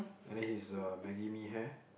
and then he's a maggie mee hair